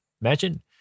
Imagine